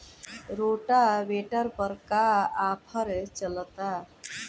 Rotavator पर का offer चलता?